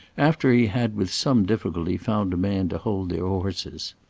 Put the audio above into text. after he had with some difficulty found a man to hold their horses.